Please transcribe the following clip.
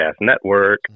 network